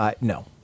No